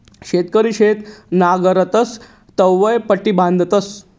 शेतकरी शेत नांगरतस तवंय पट्टी बांधतस